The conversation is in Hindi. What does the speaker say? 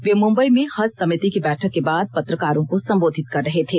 वे मुम्बई में हज समिति की बैठक के बाद पत्रकारों को सम्बोधित कर रहे थे